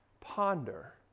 ponder